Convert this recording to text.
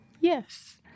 Yes